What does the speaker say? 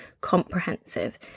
comprehensive